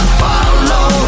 follow